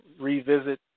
revisit